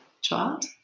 child